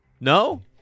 No